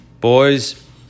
Boys